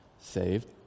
saved